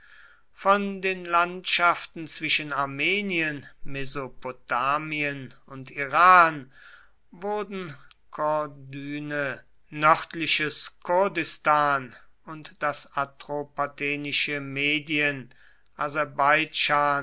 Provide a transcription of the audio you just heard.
von den landschaften zwischen armenien mesopotamien und iran wurden corduene nördliches kurdistan und das atropatenische medien